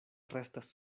restas